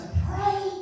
pray